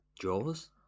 Jaws